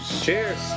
Cheers